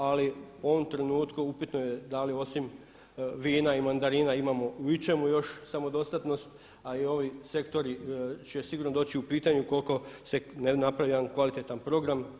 Ali u ovom trenutku upitno je da li osim vina i mandarina imamo u ičemu još samodostatnost a i ovi sektori će sigurno doći u pitanje ukoliko se ne napravi jedan kvalitetan program.